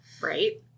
right